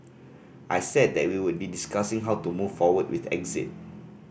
I said that we would be discussing how to move forward with exit